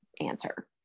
answer